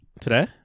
today